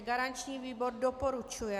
Garanční výbor doporučuje.